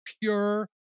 pure